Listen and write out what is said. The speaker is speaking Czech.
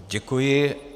Děkuji.